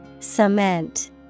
Cement